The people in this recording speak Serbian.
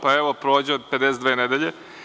Pa evo, prođe 52 nedelje.